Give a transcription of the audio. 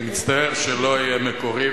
אני מצטער שלא אהיה מקורי,